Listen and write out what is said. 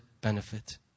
benefit